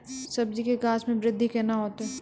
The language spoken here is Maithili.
सब्जी के गाछ मे बृद्धि कैना होतै?